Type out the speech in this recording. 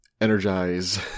energize